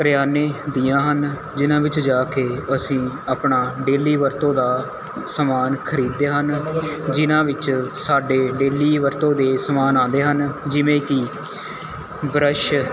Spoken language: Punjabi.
ਕਰਿਆਨੇ ਦੀਆਂ ਹਨ ਜਿਹਨਾਂ ਵਿੱਚ ਜਾਕੇ ਅਸੀਂ ਆਪਣਾ ਡੇਲੀ ਵਰਤੋਂ ਦਾ ਸਮਾਨ ਖਰੀਦਦੇ ਹਨ ਜਿਹਨਾਂ ਵਿੱਚ ਸਾਡੇ ਡੇਲੀ ਵਰਤੋਂ ਦੇ ਸਮਾਨ ਆਉਂਦੇ ਹਨ ਜਿਵੇਂ ਕਿ ਬਰੱਸ਼